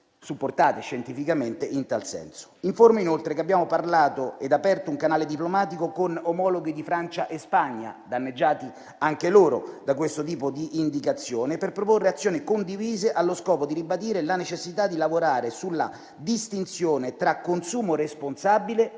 supportate scientificamente in tal senso. Informo inoltre che abbiamo parlato e aperto un canale diplomatico con omologhi di Francia e Spagna, danneggiati anche loro da questo tipo di indicazione, per proporre azioni condivise allo scopo di ribadire la necessità di lavorare sulla distinzione tra consumo responsabile